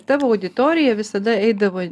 tavo auditorija visada eidavo